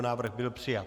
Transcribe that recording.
Návrh byl přijat.